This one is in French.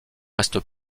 reste